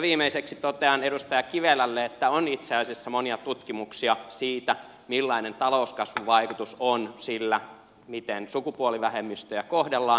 viimeiseksi totean edustaja kivelälle että on itse asiassa monia tutkimuksia siitä millainen talouskasvuvaikutus on sillä miten sukupuolivähemmistöjä kohdellaan